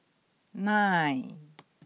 nine